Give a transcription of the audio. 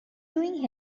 doing